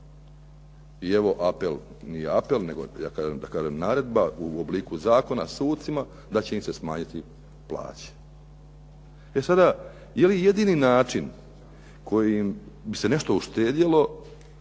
I evo apel, nije apel nego da kažem naredba u obliku zakona sucima da će im se smanjiti plaća. E sada, je li jedini način kojim bi se nešto uštedjelo